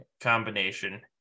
combination